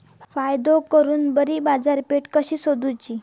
फायदो करून बरी बाजारपेठ कशी सोदुची?